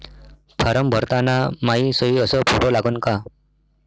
Form भरताना मायी सयी अस फोटो लागन का?